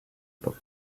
pop